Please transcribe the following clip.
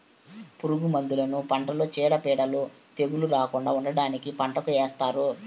పురుగు మందులను పంటలో చీడపీడలు, తెగుళ్ళు రాకుండా ఉండటానికి పంటకు ఏస్తారు